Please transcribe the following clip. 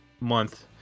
month